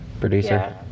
producer